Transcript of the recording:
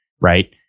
right